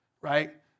right